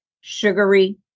sugary